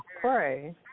pray